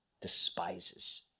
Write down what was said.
despises